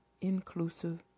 inclusive